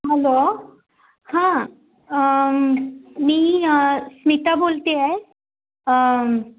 hello हां मी स्मिता बोलते आहे